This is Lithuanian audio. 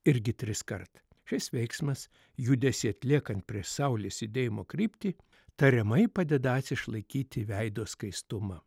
irgi triskart šis veiksmas judesį atliekant prieš saulės judėjimo kryptį tariamai padedąs išlaikyti veido skaistumą